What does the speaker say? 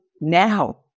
now